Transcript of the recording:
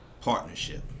Partnership